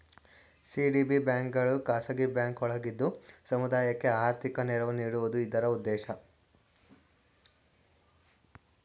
CDB ಬ್ಯಾಂಕ್ಗಳು ಖಾಸಗಿ bank ಒಳಗಿದ್ದು ಸಮುದಾಯಕ್ಕೆ ಆರ್ಥಿಕ ನೆರವು ನೀಡುವುದು ಇದರ ಉದ್ದೇಶ